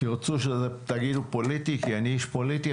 תגידו פוליטי כי אני איש פוליטי,